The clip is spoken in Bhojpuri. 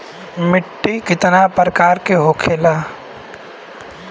मिट्टी कितना प्रकार के होखेला?